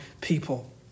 people